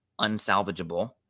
unsalvageable